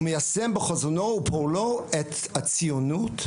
ומיישם בחזונו ופועלו את הציונות,